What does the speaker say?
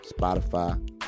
Spotify